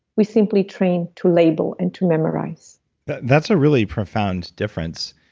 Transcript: we simply train to label and to memorize that's a really profound difference,